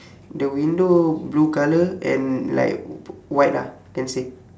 the window blue colour and like white ah can say